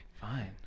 Fine